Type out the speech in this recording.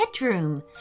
bedroom